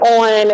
on